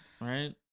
Right